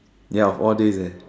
ya of all days eh